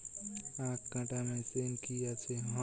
আখ কাটা মেশিন কি আছে?